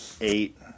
eight